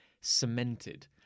cemented